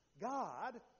God